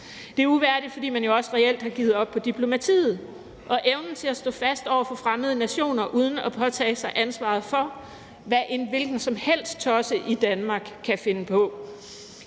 det er også uværdigt, fordi man reelt har givet op for diplomatiet og evnen til at stå fast over for fremmede nationer uden at påtage sig ansvaret for, hvad en hvilken som helst tosse i Danmark kan finde på.